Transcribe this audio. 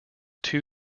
two